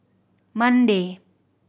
Monday